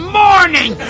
morning